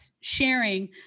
sharing